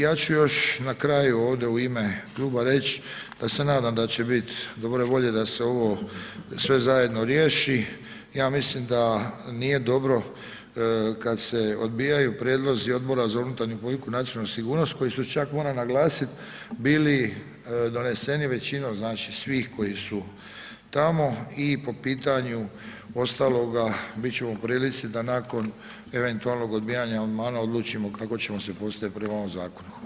Ja ću još na kraju ovdje u ime kluba reć da se nadam da će bit dobre volje da se ovo sve zajedno riješi, ja mislim da nije dobro kad se odbijaju prijedlozi Odbora za unutarnju politiku i nacionalnu sigurnost koji su čak moram naglasiti, bili doneseni većinom znači svih koji su tamo i po pitanju ostaloga, bit ćemo u prilici da nakon eventualnog odbijanja amandmana odlučimo kako ćemo se postavit prema ovom zakonu, hvala.